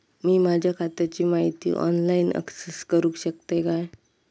मी माझ्या खात्याची माहिती ऑनलाईन अक्सेस करूक शकतय काय?